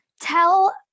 Tell